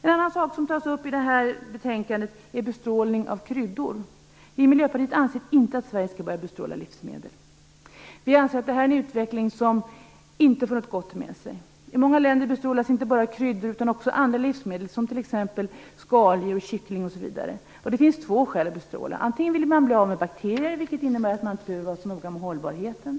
En annan sak som tas upp i betänkandet är bestrålning av kryddor. Vi i Miljöpartiet anser inte att Sverige skall börja bestråla livsmedel. Vi anser att den utvecklingen inte för något gott med sig. I många länder bestrålas inte bara kryddor utan också andra livsmedel som t.ex. skaldjur och kyckling. Det finns två skäl till att bestråla. Det ena är att man vill bli av med bakterier, vilket innebär att man inte behöver vara så noga med hållbarheten.